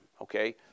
okay